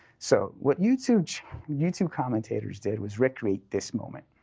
so what youtube youtube commentators did was recreate this moment.